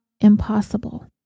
impossible